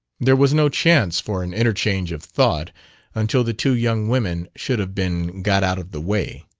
there was no chance for an interchange of thought until the two young women should have been got out of the way.